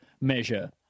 measure